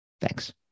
Thanks